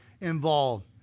involved